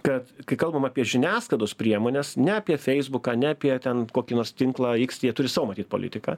kad kai kalbam apie žiniasklaidos priemones ne apie feisbuką ne apie ten kokį nors tinklą iks jie turi savo matyt politiką